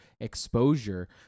exposure